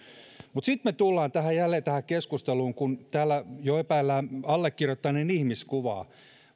sitten me tulemme jälleen tähän keskusteluun kun täällä jo epäillään allekirjoittaneen ihmiskuvaa